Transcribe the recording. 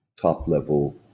top-level